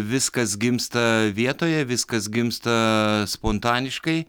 viskas gimsta vietoje viskas gimstaa spontaniškai